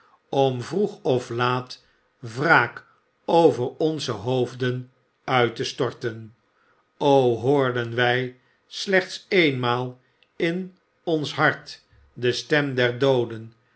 om vroeg of laat wraak over onze hoofden uit te storten o hoorden wij slechts eenmaal in ons hart de stem der dooden